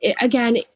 again